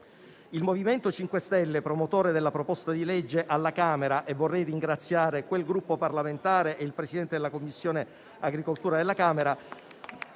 Il MoVimento 5 Stelle, promotore della proposta di legge alla Camera - e vorrei ringraziare i colleghi del Gruppo parlamentare e il Presidente della Commissione agricoltura dell'altro